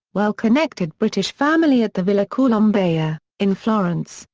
well-connected british family at the villa colombaia, in florence,